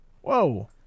Whoa